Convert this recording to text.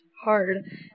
hard